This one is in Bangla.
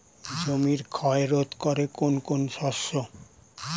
জমির ক্ষয় রোধ করে কোন কোন শস্য?